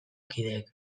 kideek